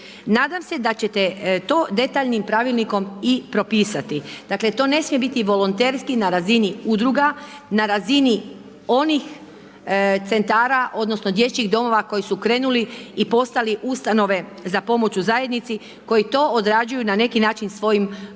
Nadam se da ćete to detaljnim pravilnikom i propisati, dakle to ne smije biti volonterski na razini udruga, na razini onih centara odnosno dječjih domova koji su krenuli i postali ustanove za pomoć u zajednici, koji to odrađuju na neki način svojim